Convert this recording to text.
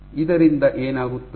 ಇದರಿಂದ ಏನಾಗುತ್ತದೆ